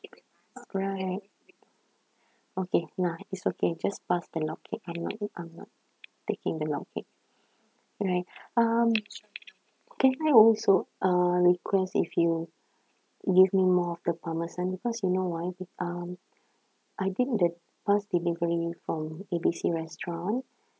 right okay nah it's okay just pass the log cake I'm not I'm not taking the log cake right um can I also uh request if you give me more of the parmesan because you know why be~ um I think the past delivery from A B C restaurant